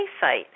site